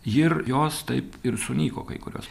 ir jos taip ir sunyko kai kurios